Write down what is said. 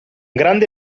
grande